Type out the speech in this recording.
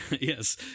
yes